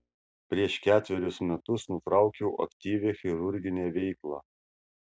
prieš ketverius metus nutraukiau aktyvią chirurginę veiklą